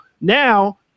Now